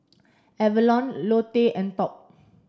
Avalon Lotte and Top